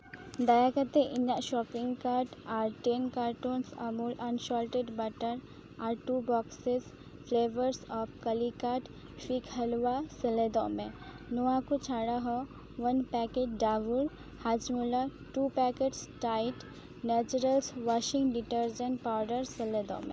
ᱫᱟᱭᱟ ᱠᱟᱛᱮᱫ ᱤᱧᱟᱹᱜ ᱥᱚᱯᱤᱝ ᱠᱟᱨᱰ ᱟᱨ ten cartons Amul unsalted butter ᱟᱨ ᱴᱩ ᱵᱚᱠᱥᱮᱥ ᱯᱷᱞᱮᱵᱟᱨᱥ ᱚᱯᱷ ᱠᱟᱹᱞᱤᱠᱟᱴ ᱯᱷᱤᱜᱽ ᱦᱟᱹᱞᱩᱣᱟ ᱥᱮᱞᱮᱫᱚᱜ ᱢᱮ ᱱᱚᱣᱟ ᱠᱚ ᱪᱷᱟᱰᱟ ᱦᱚᱸ one packet Dabur Hajmola two packets Tide Naturals washing detergent powder ᱥᱮᱞᱮᱫᱚᱜ ᱢᱮ